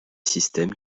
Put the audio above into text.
systèmes